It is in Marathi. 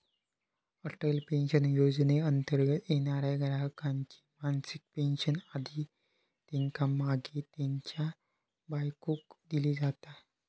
अटल पेन्शन योजनेंतर्गत येणाऱ्या ग्राहकाची मासिक पेन्शन आधी त्येका मागे त्येच्या बायकोक दिली जाता